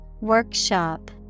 Workshop